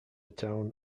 town